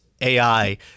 AI